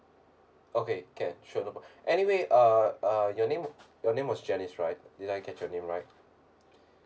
okay can sure anyway uh uh your name your name was janice right did I get your name right